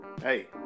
Hey